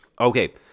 Okay